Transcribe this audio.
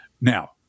Now